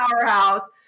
powerhouse